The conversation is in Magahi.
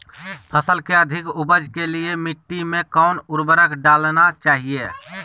फसल के अधिक उपज के लिए मिट्टी मे कौन उर्वरक डलना चाइए?